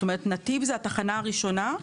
נתיב הוא התחנה הראשונה.